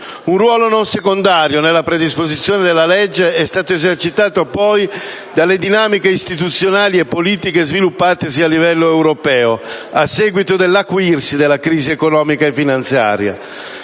Un ruolo non secondario nella predisposizione della legge è stato esercitato, poi, dalle dinamiche istituzionali e politiche sviluppatesi a livello europeo a seguito dell'acuirsi della crisi economica e finanziaria.